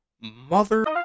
mother